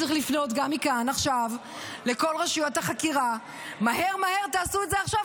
צריך לפנות גם מכאן עכשיו לכל רשויות החקירה: מהר מהר עשו את זה עכשיו,